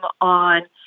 on